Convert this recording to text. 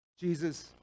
Jesus